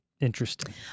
Interesting